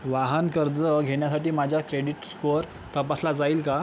वाहन कर्ज घेण्यासाठी माझा क्रेडिट स्कोअर तपासला जाईल का